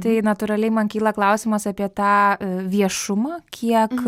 tai natūraliai man kyla klausimas apie tą viešumą kiek